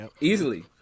Easily